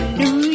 new